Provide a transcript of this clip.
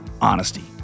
honesty